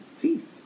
feast